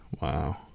Wow